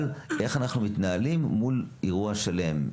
אבל איך אנחנו מתנהלים מול אירוע שלם?